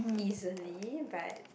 easily but